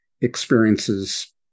experiences